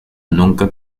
nunca